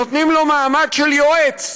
נותנים לו מעמד של יועץ.